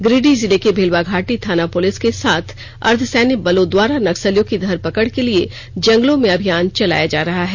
गिरिडीह जिले की र्भलवाघाटी थाना पुलिस के साथ अर्द्व सैन्य बलों द्वारा नक्सलियों की धरपकड़ के लिए जंगलों में अभियान चलाया जा रहा है